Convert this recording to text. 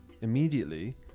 immediately